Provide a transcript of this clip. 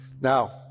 Now